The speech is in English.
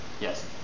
Yes